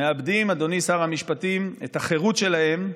מאבדים, אדוני שר המשפטים, את החירות שלהם.